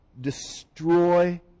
destroy